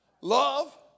love